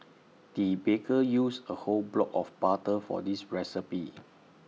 the baker used A whole block of butter for this recipe